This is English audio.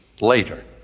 later